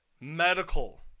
medical